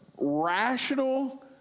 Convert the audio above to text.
rational